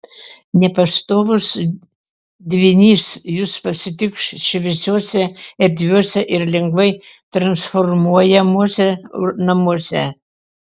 nepastovus dvynys jus pasitiks šviesiuose erdviuose ir lengvai transformuojamuose namuose